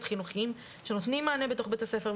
חינוכיים שנותנים מענה בתוך בית הספר,